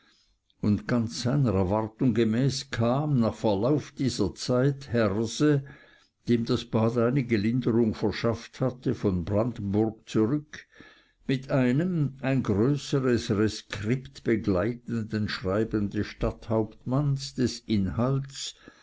und ganz seiner erwartung gemäß kam nach verlauf dieser zeit herse dem das bad einige linderung verschafft hatte von brandenburg zurück mit einem ein größeres reskript begleitenden schreiben des stadthauptmanns des inhalts